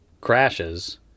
crashes